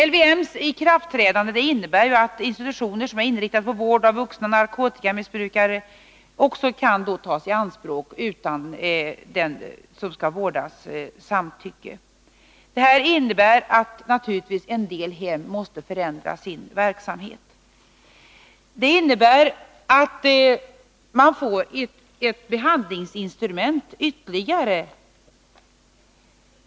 LVM:s ikraftträdande innebär att institutioner som är inriktade på vård av vuxna narkotikamissbrukare kan tas i anspråk också för vård utan samtycke 115 från den som skall vårdas, vilket naturligtvis betyder att en del hem måste förändra sin verksamhet. Man får alltså ytterligare ett behandlingsinstrument.